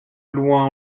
loin